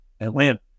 Atlanta